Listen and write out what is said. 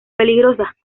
peligrosas